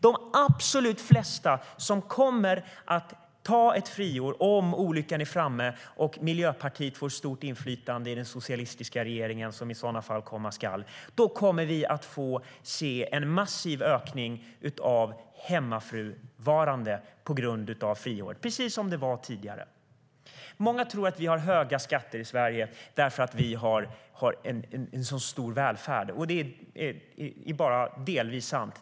De absolut vanligaste med friår - om olyckan är framme och Miljöpartiet får ett stort inflytande i den socialistiska regeringen som i sådana fall ska tillträda - kommer att innebära en massiv ökning av hemmafrusysslor på grund av friåret, precis som det var tidigare. Många tror att vi har höga skatter i Sverige därför att vi har en så hög välfärd. Det är bara delvis sant.